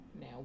Now